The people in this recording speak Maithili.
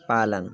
पालन